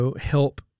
help